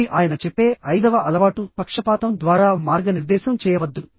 ఇది ఆయన చెప్పే ఐదవ అలవాటుః పక్షపాతం ద్వారా మార్గనిర్దేశం చేయవద్దు